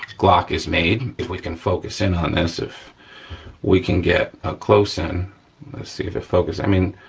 glock has made. if we can focus in on this, if we can get a close in. let's see if it focus, i mean,